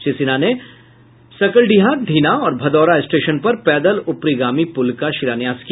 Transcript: श्री सिन्हा ने सकलडीहा धीना और भदौरा स्टेशन पर पैदल ऊपरीगामी पूल का शिलान्यास किया